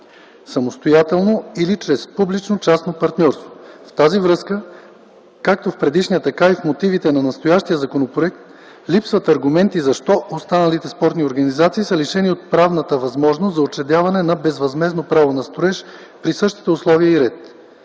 самостоятелно или чрез публично-частно партньорство. В тази връзка, както и в предишния, така и в мотивите на настоящия законопроект, липсват аргументи защо останалите спортни организации са лишени от правната възможност за учредяване на безвъзмездно право на строеж при същите условия и ред.